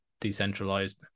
decentralized